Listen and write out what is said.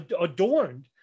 adorned